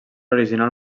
original